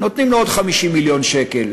נותנים לו עוד 50 מיליון שקל.